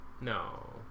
No